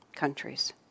countries